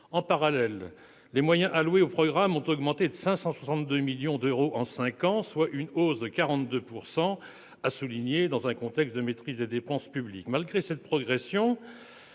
En parallèle, les moyens alloués au programme ont augmenté de 562 millions d'euros en cinq ans, soit une hausse de 42 %, ce qui est à souligner dans un contexte de maîtrise des dépenses publiques. Malgré cette progression,